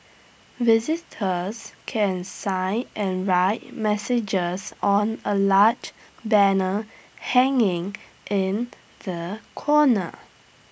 visitors can sign and write messages on A large banner hanging in the corner